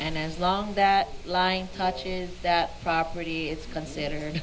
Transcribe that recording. and as long that line touches the property it's considered